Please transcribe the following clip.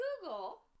Google